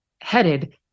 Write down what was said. headed